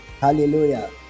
hallelujah